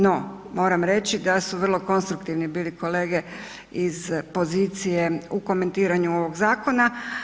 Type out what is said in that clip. No moram reći da su vrlo konstruktivni bili kolege iz pozicije u komentiranju ovoga zakona.